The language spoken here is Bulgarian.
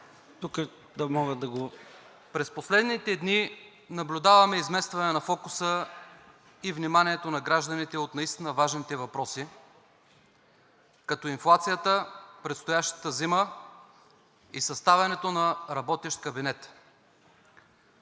През последните дни наблюдаваме изместване на фокуса и вниманието на гражданите от наистина важните въпроси, като инфлацията, предстоящата зима и съставянето на работещ кабинет,